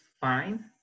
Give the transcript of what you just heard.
fine